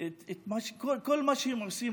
כל מה שהם עושים?